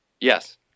Yes